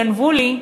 גנבו לי,